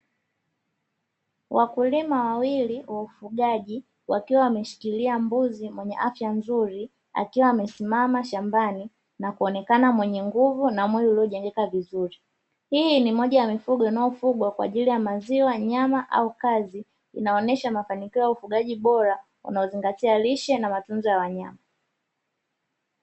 Wakulima wawili wa ufugaji wakiwa wameshikilia mbuzi mwenye afya nzuri, akiwa amesimama shambani na kuonekana mwenye nguvu na mwili uliojengeka vizuri, hii ni moja ya mifugo inayofugwa kwa ajili ya maziwa, nyama au kazi inaonesha mafanikio ya ufugaji bora unaozingatia lishe na matunzo ya wanyama.